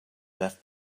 left